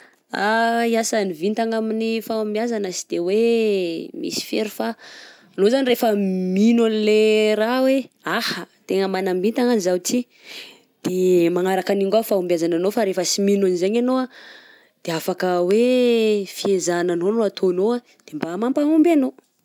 Asan'ny vitana amin'ny fahombiazana sy de hoe misy firy fa anao zany refa mino anle raha oe ahà tegna manam-bintana zaho ty, de magnaraka agniny koa fahombiazananao fa refa sy mino agnzegny anao de afaka hoe fahezahagnanao no ataonao de mba mampahomby anao.